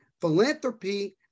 philanthropy